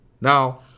Now